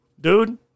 dude